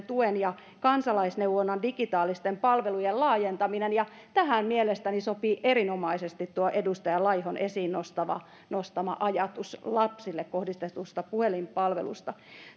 tuen ja kansalaisneuvonnan digitaalisten palvelujen laajentaminen ja tähän mielestäni sopii erinomaisesti tuo edustaja laihon esiin nostama nostama ajatus lapsille kohdistetusta puhelinpalvelusta